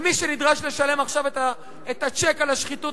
ומי שנדרש לשלם עכשיו את הצ'ק על השחיתות